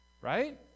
right